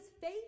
faith